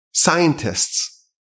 scientists